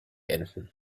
enten